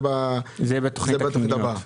זה בתכנית הבאה.